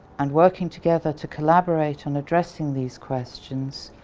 and working together to collaborate on addressing these questions.